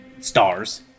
stars